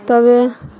তবে